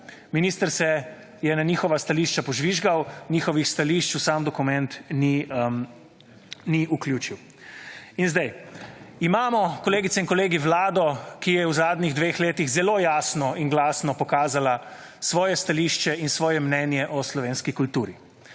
Minister se je na njihova stališča požvižgal njihovih stališč v sam dokument ni vključil. Sedaj imamo, kolegice in kolegi, Vlado, ki je v zadnjih dveh letih zelo jasno in glasno pokazala svoje stališče in svoje mnenje o slovenski kulturi.